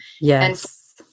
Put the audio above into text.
Yes